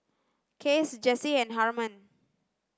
Cass Jessie and Harman